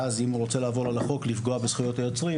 ואז אם הוא רוצה לעבור על החוק לפגוע בזכויות היוצרים,